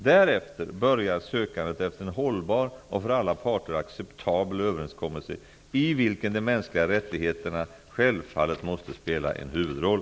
Därefter börjar sökandet efter en hållbar och för alla parter acceptabel överenskommelse, i vilken de mänskliga rättigheterna självfallet måste spela en huvudroll.